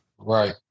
Right